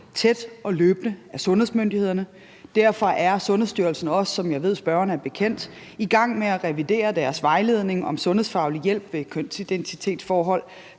tæt og løbende af sundhedsmyndighederne. Derfor er Sundhedsstyrelsen også, som jeg ved det er spørgeren bekendt, i gang med at revidere deres vejledning om sundhedsfaglig hjælp ved kønsidentitetsforhold,